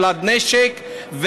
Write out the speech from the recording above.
של הנשק,